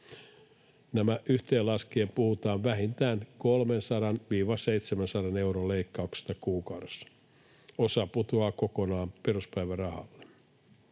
Nämä yhteen laskien puhutaan vähintään 300—700 euron leikkauksesta kuukaudessa. Osa putoaa kokonaan peruspäivärahalle.